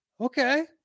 Okay